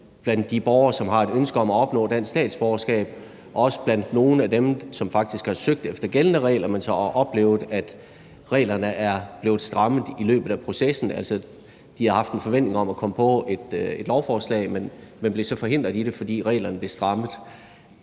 blandt de borgere, som har et ønske om at opnå dansk statsborgerskab, også blandt nogle af dem, som faktisk har søgt efter gældende regler, men så har oplevet, at reglerne er blevet strammet i løbet af processen. Altså, de har haft en forventning om at komme på et lovforslag, men blev så forhindret i det, fordi reglerne blev strammet.